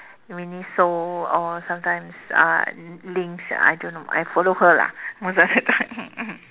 Miniso or sometimes uh links I don't know I follow her lah most of the time